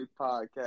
podcast